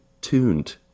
tuned